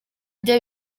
byo